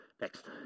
next